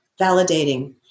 validating